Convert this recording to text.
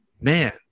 man